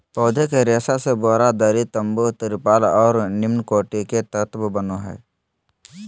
पौधे के रेशा से बोरा, दरी, तम्बू, तिरपाल और निम्नकोटि के तत्व बनो हइ